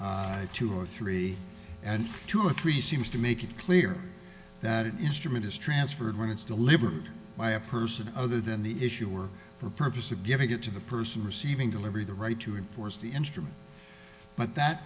adopted two or three and two or three seems to make it clear that instrument is transferred when it's delivered by a person other than the issuer for purpose of giving it to the person receiving delivery the right to enforce the instrument but that